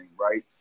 right